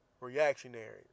reactionary